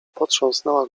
potrząsnęła